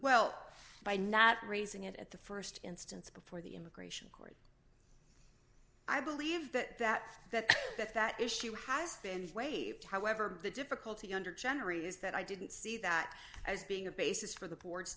well by not raising it at the st instance before the immigration court i believe that that that that that issue has been waived however the difficulty under generator is that i didn't see that as being a basis for the board